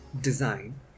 design